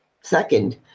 Second